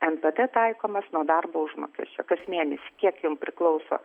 npd taikomas nuo darbo užmokesčio kas mėnesį kiek jum priklauso